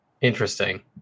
Interesting